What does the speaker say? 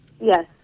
Yes